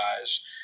guys